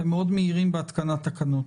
אתם מהירים מאוד בהתקנת תקנות.